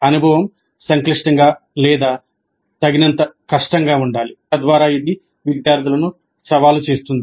అనుభవం సంక్లిష్టంగా లేదా తగినంత కష్టంగా ఉండాలి తద్వారా ఇది విద్యార్థులను సవాలు చేస్తుంది